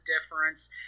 difference